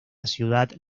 ciudad